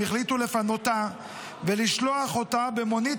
הם החליטו לפנותה ולשלוח אותה במונית